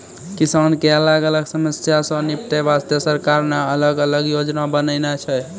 किसान के अलग अलग समस्या सॅ निपटै वास्तॅ सरकार न अलग अलग योजना बनैनॅ छै